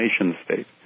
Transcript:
nation-state